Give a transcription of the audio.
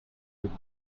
would